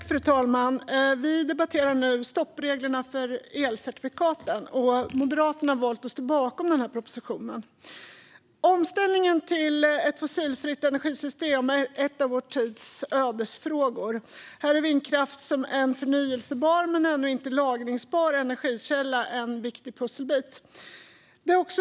Fru talman! Vi debatterar nu stoppreglerna för elcertifikaten. Moderaterna har valt att ställa sig bakom den här propositionen. Omställningen till ett fossilfritt energisystem är en av vår tids ödesfrågor. Här är vindkraft som en förnybar, men ännu inte lagringsbar, energikälla en viktig pusselbit.